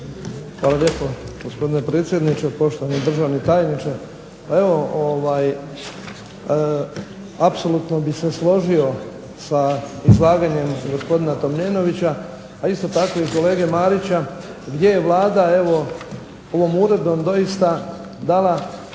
Hvala lijepo gospodine predsjedniče, poštovani državni tajniče. Pa evo apsolutno bih se složio sa izlaganjem gospodina Tomljenovića, a isto tako i kolege Marića gdje je Vlada evo ovom uredbom doista dala